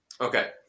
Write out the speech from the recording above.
Okay